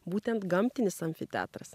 būtent gamtinis amfiteatras